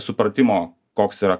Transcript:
supratimo koks yra